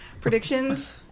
Predictions